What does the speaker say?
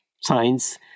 science